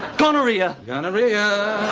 gonorrhea gonorrhea yeah